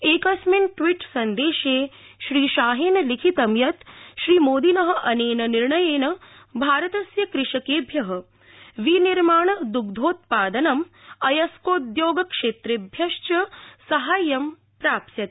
एकस्मिन् ट्वीट सन्देशे श्रीशाहेन लिखितं यत् श्रीमोदिन अनेन निर्णयेन भारतस्य कृषकेभ्य विनिर्माण दग्धोत्पादनम् अयस्कोद्योगक्षेत्रेभ्य च साहाय्यं प्राप्स्यते